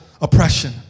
oppression